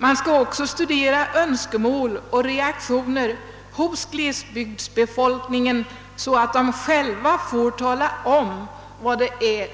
Man skall också studera önskemål och reaktioner hos glesbygdsbefolkningen och låta människorna själva tala om vad